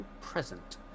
present